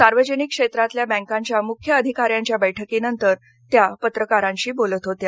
सार्वजनिक क्षेत्रातील बँकांच्या मुख्य अधिकाऱ्यांच्या बैठकीनंतर त्या पत्रकारांशी बोलत होत्या